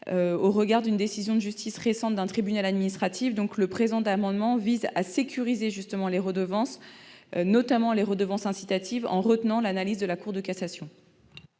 au regard de la récente décision de justice d'un tribunal administratif. C'est pourquoi cet amendement vise à sécuriser les redevances, notamment les redevances incitatives, en retenant l'analyse de la Cour de cassation.